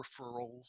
referrals